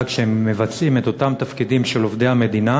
כשהם מבצעים את אותם תפקידים של עובדי המדינה